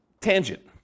tangent